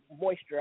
moisture